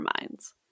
minds